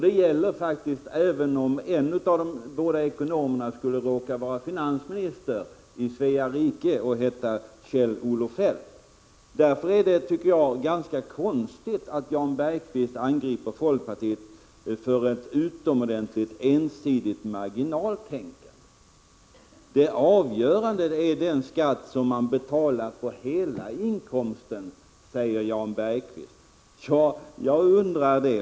Det gäller faktiskt även om en av de båda ekonomerna skulle råka vara finansminister i Svea rike och heta Kjell-Olof Feldt. Därför är det konstigt att Jan Bergqvist angriper folkpartiet för ett enligt honom utomordentligt ensidigt marginaltänkande. Det avgörande är den skatt man betalar på hela inkomsten, säger Jan Bergqvist. Ja, jag undrar det.